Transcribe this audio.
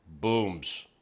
Booms